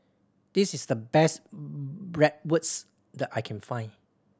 this is the best Bratwurst that I can find